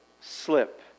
slip